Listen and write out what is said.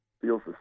feels